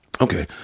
Okay